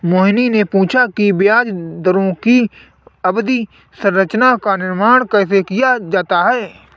मोहिनी ने पूछा कि ब्याज दरों की अवधि संरचना का निर्माण कैसे किया जाता है?